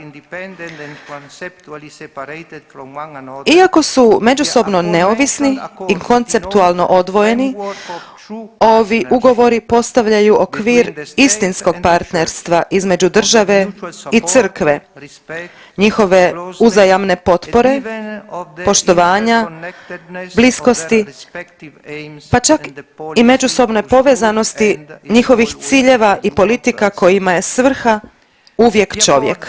Iako su međusobno neovisni i konceptualno odvojeni ovi ugovori postavljaju okvir istinskog partnerstva između države i crkve, njihove uzajamne potpore, poštovanja, bliskosti pa pak i međusobne povezanosti njihovih ciljeva i politika kojima je svrha uvijek čovjek.